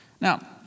Now